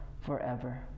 forever